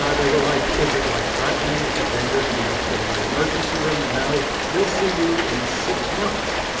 ah they were like, is it life threatening? is it dangerous? do you need to go to the emergency room? no. we'll see you in six months,